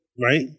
Right